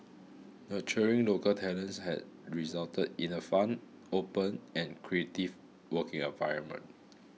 nurturing local talents has resulted in a fun open and creative working environment